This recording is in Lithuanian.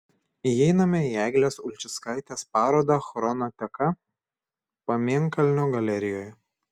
įeiname į eglės ulčickaitės parodą chrono teka pamėnkalnio galerijoje